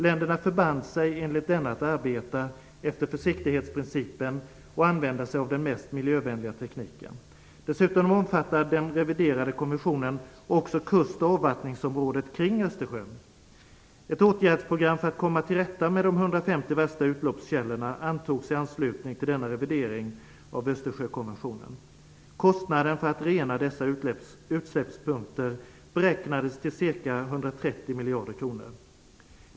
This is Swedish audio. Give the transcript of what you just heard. Länderna förband sig enligt denna att arbeta efter försiktighetsprincipen och använda sig av den mest miljövänliga tekniken. Dessutom omfattar den reviderade konventionen också kust och avvattningsområdet kring Östersjön. 150 värsta utsläppskällorna antogs i anslutning till denna revidering av Östersjökonventionen. Kostnaden för att rena dessa utsläppspunkter beräknades till ca 130 miljarder kronor.